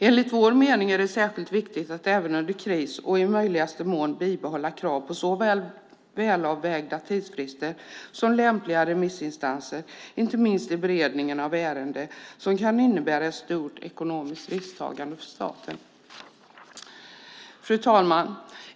Enligt vår mening är det särskilt viktigt att även under kristid i möjligaste mån bibehålla krav på såväl välavvägda tidsfrister som lämpliga remissinstanser, inte minst i beredningen av ärenden som kan innebära ett stort ekonomiskt risktagande för staten. Fru talman!